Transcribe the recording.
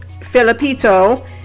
filipito